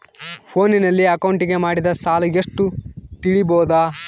ಫೋನಿನಲ್ಲಿ ಅಕೌಂಟಿಗೆ ಮಾಡಿದ ಸಾಲ ಎಷ್ಟು ತಿಳೇಬೋದ?